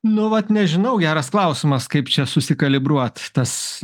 nu vat nežinau geras klausimas kaip čia susikali bruot tas